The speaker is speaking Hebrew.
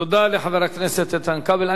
תודה לחבר הכנסת איתן כבל.